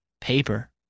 Paper